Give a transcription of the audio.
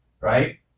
right